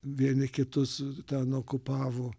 vieni kitus ten okupavo